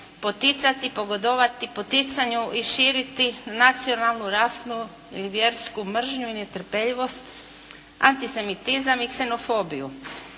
poticati, pogodovati poticanju i širiti nacionalnu, rasnu ili vjersku mržnju i netrepeljivost, antisemitizam i ksenofobiju,